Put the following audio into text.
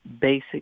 basic